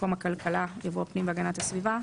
במקום הפיקדון"הכלכלה" יבוא "הפנים והגנת הסביבה".